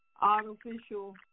artificial